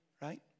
right